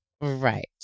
Right